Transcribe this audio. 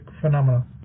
phenomena